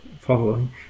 following